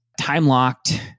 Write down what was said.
time-locked